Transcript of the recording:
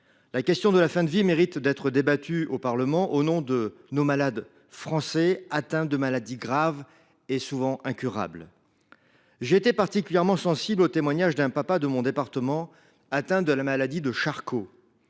La question de la fin de vie mérite d’être débattue au Parlement au nom de nos malades français atteints de maladies graves et souvent incurables. J’ai été particulièrement sensible au témoignage d’un père de famille de mon département qui souffre de la maladie de Charcot.